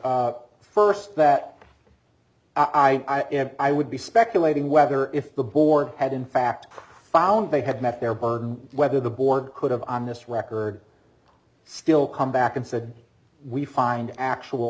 r first that i am i would be speculating whether if the board had in fact found they had met their burden whether the board could have on this record still come back and said we find actual